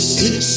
six